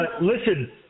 Listen